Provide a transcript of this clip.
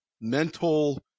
mental